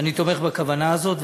ואני תומך בכוונה הזאת,